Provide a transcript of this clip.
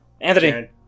Anthony